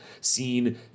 seen